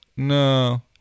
No